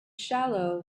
shallow